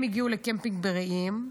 הם הגיעו לקמפינג ברעים.